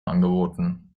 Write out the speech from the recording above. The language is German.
angeboten